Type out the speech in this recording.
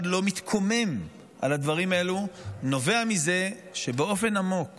לא מתקומם על הדברים האלו נובעת מזה שבאופן עמוק